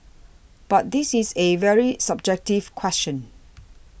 but this is a very subjective question